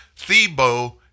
Thebo